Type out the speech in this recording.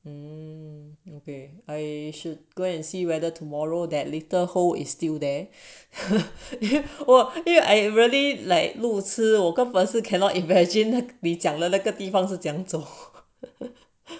um okay I should go and see whether tomorrow that little hole is still there because I really like 路痴我根本是 cannot imagine 那里讲了那个地方是怎样走